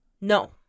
No